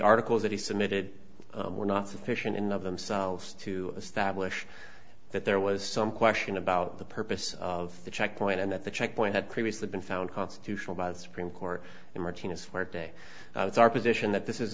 articles that he submitted were not sufficient enough themselves to establish that there was some question about the purpose of the checkpoint and that the checkpoint had previously been found constitutional by the supreme court in martina's for a day it's our position that this is